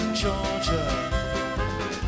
Georgia